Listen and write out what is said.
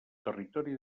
territori